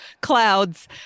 clouds